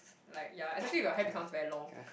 like ya especially if your hair becomes very long